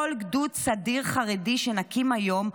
כל גדוד סדיר חרדי שנקים היום,